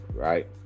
right